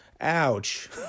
ouch